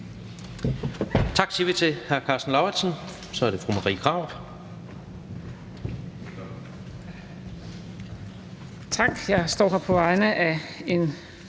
Tak siger vi til hr. Karsten Lauritzen. Så er det fru Marie Krarup.